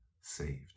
saved